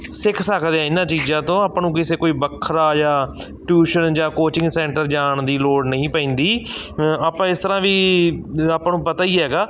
ਸਿੱਖ ਸਕਦੇ ਹਾਂ ਇਹਨਾਂ ਚੀਜ਼ਾਂ ਤੋਂ ਆਪਾਂ ਨੂੰ ਕਿਸੇ ਕੋਈ ਵੱਖਰਾ ਜਾਂ ਟਿਊਸ਼ਨ ਜਾਂ ਕੋਚਿੰਗ ਸੈਂਟਰ ਜਾਣ ਦੀ ਲੋੜ ਨਹੀਂ ਪੈਂਦੀ ਆਪਾਂ ਇਸ ਤਰ੍ਹਾਂ ਵੀ ਆਪਾਂ ਨੂੰ ਪਤਾ ਹੀ ਹੈਗਾ